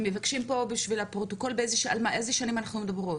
מבקשים פה בשביל הפרוטוקול על איזה שנים אנחנו מדברות?